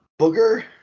Booger